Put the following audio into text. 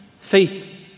faith